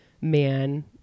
man